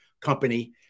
Company